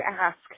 ask